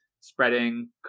spreading